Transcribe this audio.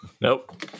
Nope